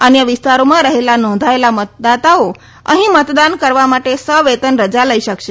અન્ય વિસ્તારમાં રહેલા નોંધાયેલા મતદાતાઓ અહીં મતદાન કરવા માટે સવેતન રજા લઈ શકશે